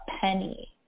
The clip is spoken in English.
penny